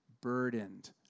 burdened